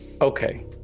okay